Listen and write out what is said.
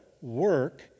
work